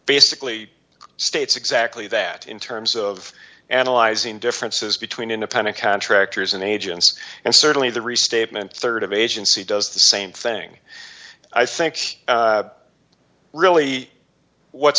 basically states exactly that in terms of analyzing differences between independent contractors and agents and certainly the restatement rd of agency does the same thing i think really what's